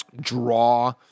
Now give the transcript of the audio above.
draw